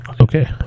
okay